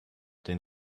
den